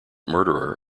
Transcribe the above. murderer